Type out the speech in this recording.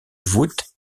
voûte